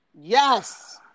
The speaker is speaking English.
Yes